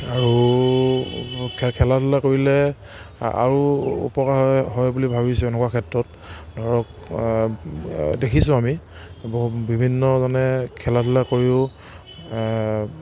আৰু খেলা ধূলা কৰিলে আৰু উপকাৰ হয় বুলি ভাবিছোঁ এনেকুৱা ক্ষেত্ৰত ধৰক দেখিছোঁ আমি বহু বিভিন্নজনে খেলা ধূলা কৰিও